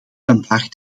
vandaag